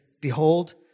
Behold